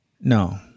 No